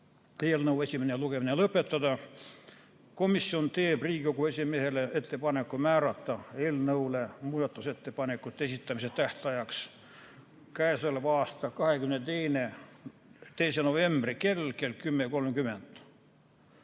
eelnõu esimene lugemine lõpetada. Komisjon teeb Riigikogu esimehele ettepaneku määrata eelnõu muudatusettepanekute esitamise tähtajaks k.a 22. novembri kell 10.30.